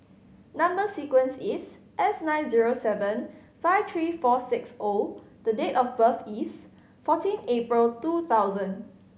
number sequence is S nine zero seven five three four six O the date of birth is fourteen April two thousand